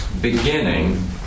beginning